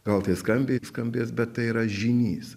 gal tai skambiai skambės bet tai yra žynys